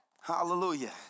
Hallelujah